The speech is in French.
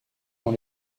dans